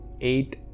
eight